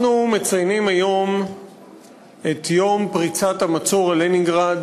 אנחנו מציינים היום את יום פריצת המצור על לנינגרד,